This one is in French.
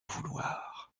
vouloir